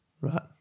Right